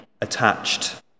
attached